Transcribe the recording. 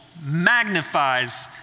magnifies